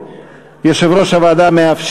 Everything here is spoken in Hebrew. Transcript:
חברי מרצ.